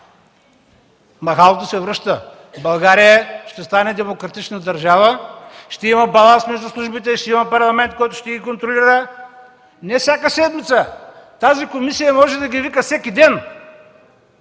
Махалото се връща. България ще стане демократична държава, ще има баланс между службите, ще има Парламент, който ще ги контролира. Не всяка седмица, тази комисия може да ги вика всеки ден,